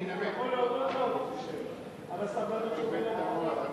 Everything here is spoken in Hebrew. אני יכול להודות לו על הסבלנות שהוא גילה?